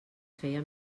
feia